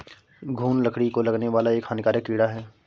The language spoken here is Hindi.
घून लकड़ी को लगने वाला एक हानिकारक कीड़ा है